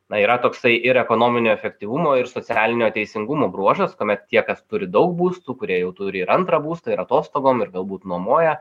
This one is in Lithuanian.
na yra toksai ir ekonominio efektyvumo ir socialinio teisingumo bruožas kuomet tie kas turi daug būstų kurie jau turi ir antrą būstą ir atostogom ir galbūt nuomoja